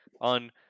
on